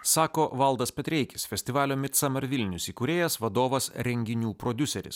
sako valdas petreikis festivalio midsummer vilnius įkūrėjas vadovas renginių prodiuseris